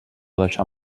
deixar